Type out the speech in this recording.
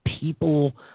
people